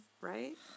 Right